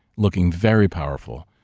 looking very powerful.